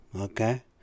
okay